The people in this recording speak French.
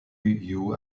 you